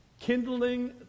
kindling